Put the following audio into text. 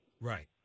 Right